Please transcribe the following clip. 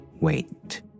wait